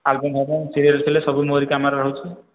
album ଫାଲବମ୍ serial ସବୁ ମୋରି କ୍ୟାମେରାରେ ହେଉଛି